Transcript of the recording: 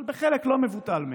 אבל בחלק לא מבוטל מהן,